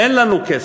אין לנו כסף,